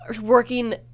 working